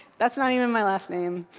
that's not even my last name.